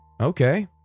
Okay